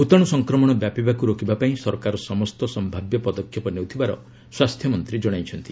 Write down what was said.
ଭୂତାଣୁ ସଂକ୍ରମଣ ବ୍ୟାପିବାକୁ ରୋକିବାପାଇଁ ସରକାର ସମସ୍ତ ସମ୍ଭାବ୍ୟ ପଦକ୍ଷେପ ନେଉଥିବାର ସ୍ୱାସ୍ଥ୍ୟମନ୍ତ୍ରୀ ଜଣାଇଛନ୍ତି